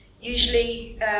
Usually